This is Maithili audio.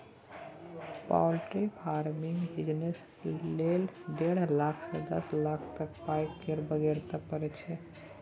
पाउलट्री फार्मिंगक बिजनेस लेल डेढ़ लाख सँ दस लाख तक पाइ केर बेगरता परय छै